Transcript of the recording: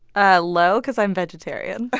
ah low cause i'm vegetarian